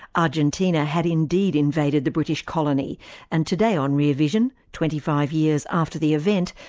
argentina had indeed invaded the british colony and today on rear vision, twenty five years after the event,